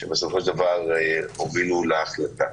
שבסופו של דבר הובילו להחלטה.